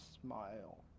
smile